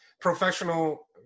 professional